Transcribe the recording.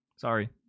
Sorry